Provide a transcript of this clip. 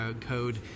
code